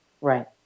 Right